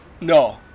No